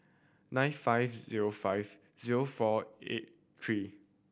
nine five zero five zero four eight three